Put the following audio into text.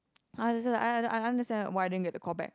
ah that's why I I I understand why I didn't get the callback